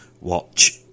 watch